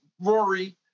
Rory